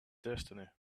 destiny